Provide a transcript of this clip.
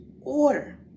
order